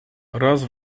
raz